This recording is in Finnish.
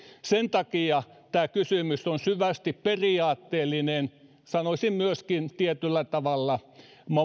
sen takia tämä kysymys on syvästi periaatteellinen sanoisin myöskin tietyllä tavalla